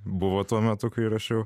buvo tuo metu kai rašiau